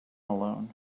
alone